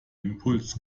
impuls